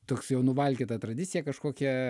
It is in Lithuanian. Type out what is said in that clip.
toks jau nuvalkiota tradicija kažkokia